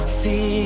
see